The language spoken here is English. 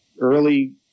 early